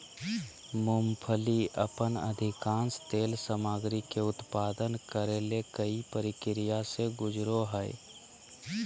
मूंगफली अपन अधिकांश तेल सामग्री के उत्पादन करे ले कई प्रक्रिया से गुजरो हइ